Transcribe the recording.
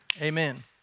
Amen